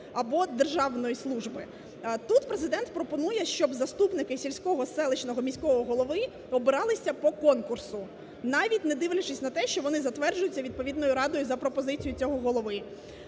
або державної служби. Тут Президент пропонує, щоб заступники сільського, селищного, міського голови обиралися по конкурсу навіть не дивлячись на те, що вони затверджуються відповідною радою за пропозицією цього голови.